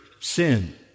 sin